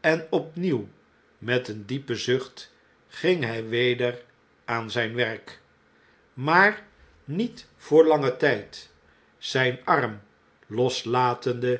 en opnieuw met een diepen zucht ging hjj weder aan zjjn werk maar niet voor langen tgd zgn arm loslatende